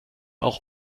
auch